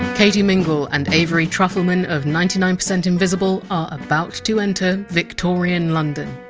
katie mingle and avery trufelman of ninety nine percent invisible are about to enter victorian london.